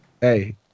Hey